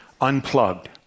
unplugged